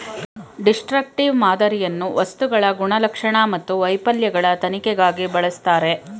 destructive ಮಾದರಿಯನ್ನು ವಸ್ತುಗಳ ಗುಣಲಕ್ಷಣ ಮತ್ತು ವೈಫಲ್ಯಗಳ ತನಿಖೆಗಾಗಿ ಬಳಸ್ತರೆ